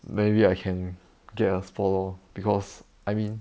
maybe I can get a straw lor because I mean